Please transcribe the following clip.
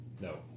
no